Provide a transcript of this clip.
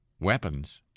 weapons